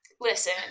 listen